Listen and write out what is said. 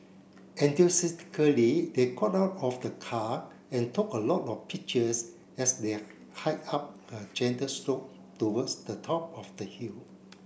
they got out of the car and took a lot of pictures as they hiked up a gentle slope towards the top of the hill